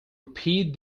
repeat